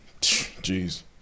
Jeez